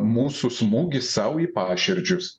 mūsų smūgis sau į paširdžius